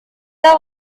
war